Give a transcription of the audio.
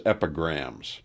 Epigrams